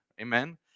Amen